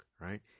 right